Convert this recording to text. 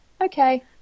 Okay